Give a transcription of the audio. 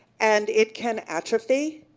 and it can atrophy,